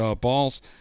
balls